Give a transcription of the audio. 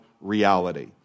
reality